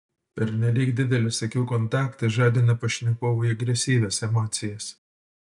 pernelyg didelis akių kontaktas žadina pašnekovui agresyvias emocijas